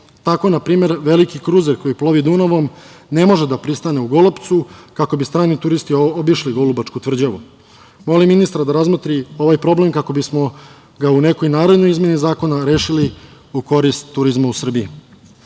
primer, veliki kruzer koji plovi Dunavom ne može da pristane u Golupcu kako bi stranim turisti obišli Golubačku tvrđavu. Molim ministra da razmotri ovaj problem kako bismo ga u nekoj narednoj izmeni zakona rešili u korist turizma u Srbiji. Još